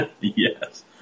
Yes